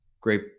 great